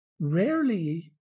rarely